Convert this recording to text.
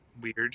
weird